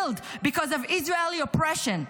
because of "Israeli oppression"?